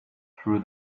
through